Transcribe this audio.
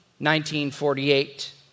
1948